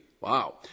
Wow